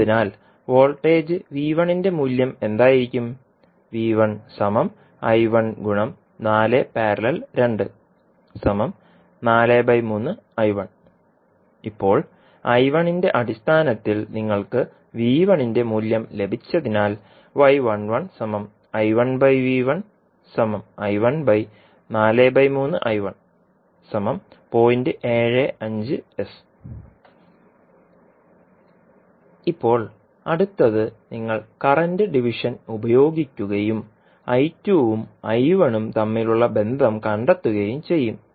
അതിനാൽ വോൾട്ടേജ് ന്റെ മൂല്യം എന്തായിരിക്കും ഇപ്പോൾന്റെ അടിസ്ഥാനത്തിൽ നിങ്ങൾക്ക് ന്റെ മൂല്യം ലഭിച്ചതിനാൽ ഇപ്പോൾ അടുത്തത് നിങ്ങൾ കറന്റ് ഡിവിഷൻ ഉപയോഗിക്കുകയും ഉം ഉം തമ്മിലുള്ള ബന്ധം കണ്ടെത്തുകയും ചെയ്യും